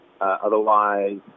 otherwise